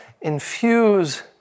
infuse